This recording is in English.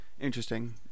interesting